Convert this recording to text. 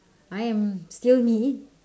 I am still me